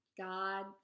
God